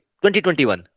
2021